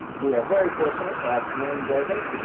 we are very fortunate to have dwayne breger,